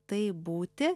tai būti